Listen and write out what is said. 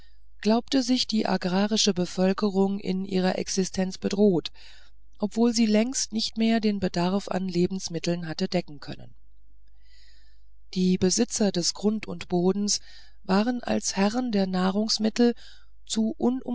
glaubte sich die agrarische bevölkerung in ihrer existenz bedroht obwohl sie längst nicht mehr den bedarf an lebensmitteln hatte decken können die besitzer des grund und bodens waren als herren der nahrungsmittel zu